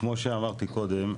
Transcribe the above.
כמו שאמרתי קודם,